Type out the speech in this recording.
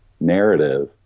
narrative